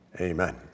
amen